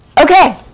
Okay